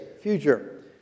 future